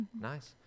Nice